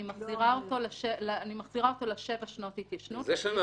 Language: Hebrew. אני מחזירה אותו לשבע שנות התיישנות --- זה מה שאני אומר,